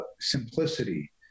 simplicity